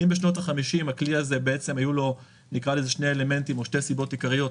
אם בשנות ה-50 לכלי הזה היו נקרא לזה שני אלמנטים או שתי סיבות עיקריות,